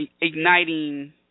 igniting